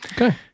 Okay